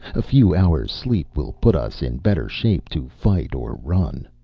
a few hours' sleep will put us in better shape to fight or run.